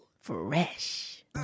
fresh